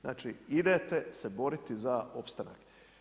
Znači idete se boriti za opstanak.